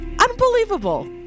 unbelievable